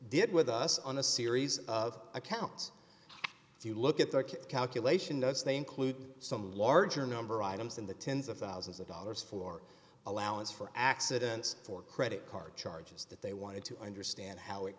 did with us on a series of accounts if you look at the calculation does they include some larger number of items in the tens of thousands of dollars for allowance for accidents or credit card charges that they wanted to understand how it